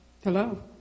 Hello